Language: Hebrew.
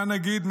מה נגיד,